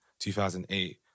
2008